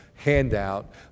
handout